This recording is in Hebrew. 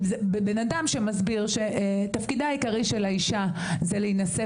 בנאדם שמסביר שתפקידה העיקרי של האישה זה להינשא